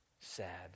sad